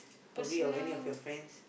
probably of any of your friends